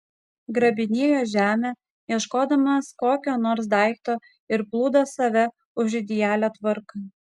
grabinėjo žemę ieškodamas kokio nors daikto ir plūdo save už idealią tvarką